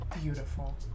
Beautiful